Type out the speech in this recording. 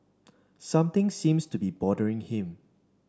something seems to be bothering him